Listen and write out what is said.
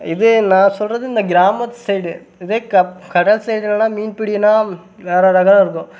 இதே நான் சொல்கிறது இந்த கிராமத்து சைடு இதே கப் கடல் சைடுலேன்னா மீன் பிடின்னால் வேறு ரகம் இருக்கும்